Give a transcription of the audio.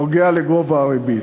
נוגע לגובה הריבית.